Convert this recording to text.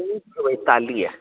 C चोएतालीह